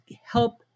help